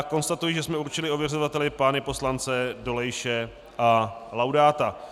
Konstatuji, že jsme určili ověřovateli pány poslance Dolejše a Laudáta.